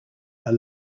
are